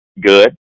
good